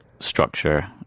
structure